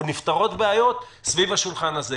או נפתרות בעיות סביב השולחן הזה.